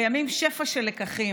קיימים שפע של לקחים,